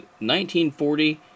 1940